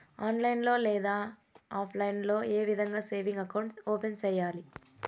online లో లేదా offline లో ఏ విధంగా సేవింగ్ అకౌంట్ ఓపెన్ సేయాలి